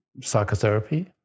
psychotherapy